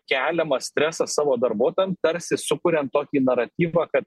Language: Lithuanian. keliamą stresą savo darbuotojam tarsi sukuriant tokį naratyvą kad